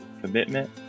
commitment